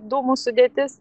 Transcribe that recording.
dūmų sudėtis